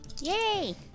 Yay